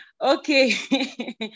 Okay